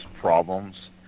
problems